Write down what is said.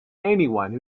anyone